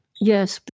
Yes